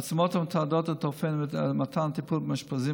מצלמות המתעדות את אופן מתן הטיפול במאושפזים